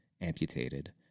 amputated